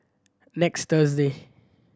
next Thursday